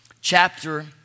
chapter